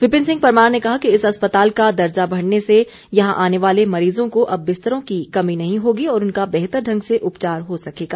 विपिन सिंह परमार ने कहा कि इस अस्पताल का दर्जा बढ़ने से यहां आने वाले मरीजों को अब बिस्तरों की कमी नहीं होगी और उनका बेहतर ढंग से उपचार हो सकेगा